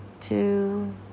Two